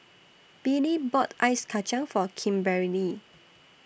Billie bought Ice Kacang For Kimberely